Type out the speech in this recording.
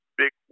big